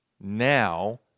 now